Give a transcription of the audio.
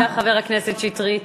תודה, חבר הכנסת שטרית.